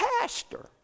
pastor